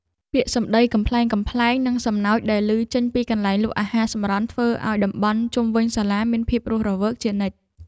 ពាក្យសម្តីកំប្លែងៗនិងសំណើចដែលឮចេញពីកន្លែងលក់អាហារសម្រន់ធ្វើឱ្យតំបន់ជុំវិញសាលាមានភាពរស់រវើកជានិច្ច។